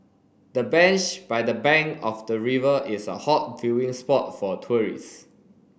the bench by the bank of the river is a hot viewing spot for tourists